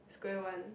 square one